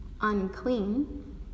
unclean